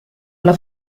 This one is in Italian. alla